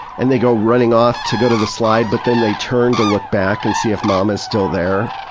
and they go running off to go to the slide, but then they turn to look back and see if mom is still there?